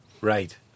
right